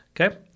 okay